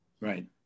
Right